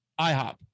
IHOP